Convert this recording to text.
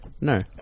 No